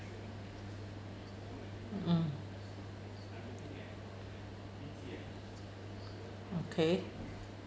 mm okay